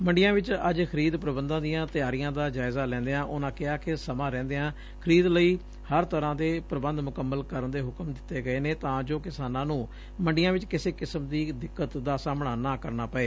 ਮੰਤਰੀਆਂ ਵਿਚ ਅੱਜ ਖਰੀਦ ਪ੍ਰਬੰਧਾਂ ਦੀਆਂ ਤਿਆਰੀਆਂ ਦਾ ਜਾਇਜ਼ਾ ਲੈਦਿਆਂ ਉਨੂਾਂ ਕਿਹਾ ਕਿ ਸਮਾਂ ਰਹਿਂਦਿਆਂ ਖਰੀਦ ਲਈ ਹਰ ਤਰਾ ਦੇ ਪੁਬੰਧ ਮੁਕੰਮਲ ਕਰਨ ਨੇ ਹੁਕਮ ਦਿੱਤੇ ਗਏ ਨੇ ਤਾ ਜੋ ਕਿਸਾਨਾ ਨੂੰ ਮੰਡੀਆ ਚ ਕਿਸੇ ਕਿਸਾਮ ਦੀ ਦਿਕੱਤ ਦਾ ਸਾਹਮਣਾ ਨਾ ਕਰਵਾ ਪਏ